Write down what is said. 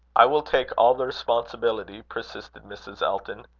i will take all the responsibility, persisted mrs. elton.